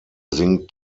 singt